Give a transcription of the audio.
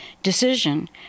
Decision